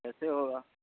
کیسے ہوگا